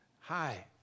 hi